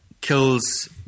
kills